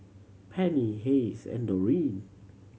Penny Hays and Doreen